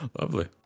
lovely